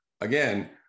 again